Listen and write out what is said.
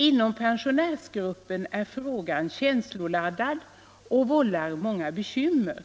Inom pensionärsgruppen är frågan känsloladdad och vållar många bekymmer.